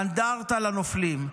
אנדרטה לנופלים.